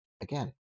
again